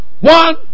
One